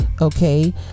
Okay